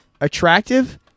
attractive